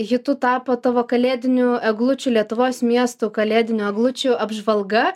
hitu tapo tavo kalėdinių eglučių lietuvos miestų kalėdinių eglučių apžvalga